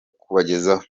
kubagezaho